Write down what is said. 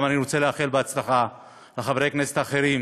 אני גם רוצה לאחל הצלחה לחברי הכנסת האחרים